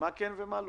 מה כן ומה לא.